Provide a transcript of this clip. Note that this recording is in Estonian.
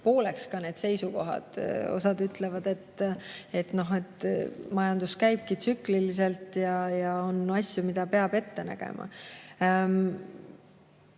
pooleks need seisukohad. Osa ütleb, et majandus käibki tsükliliselt ja on asju, mida peab ette nägema.